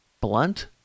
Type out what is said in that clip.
blunt